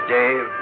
Dave